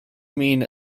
mean